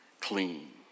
clean